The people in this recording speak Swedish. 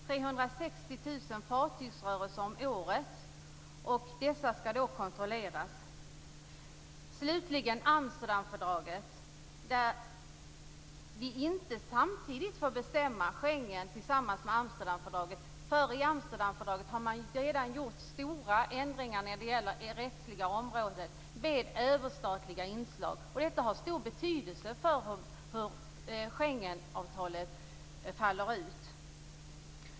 360 000 fartygsrörelser om året skall kontrolleras. Slutligen Amsterdamfördraget. Vi får inte samtidigt bestämma om Schengen och Amsterdamfördraget, för i Amsterdamfördraget har man redan gjort stora ändringar på det rättsliga området med överstatliga inslag. Detta har stor betydelse för hur Schengenavtalet faller ut.